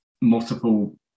multiple